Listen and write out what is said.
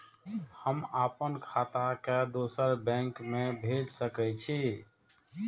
हम आपन खाता के दोसर बैंक में भेज सके छी?